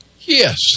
Yes